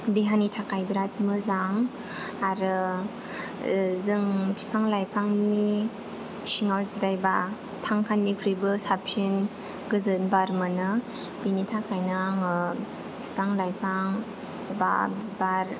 देहानि थाखाय बिरात मोजां आरो जों बिफां लाइफांनि सिङाव जिरायबा पांखा निख्रुइबो साबसिन गोजोन बार मोनो बेनि थाखायनो आङो बिफां लाइफां बा बिबार